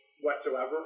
whatsoever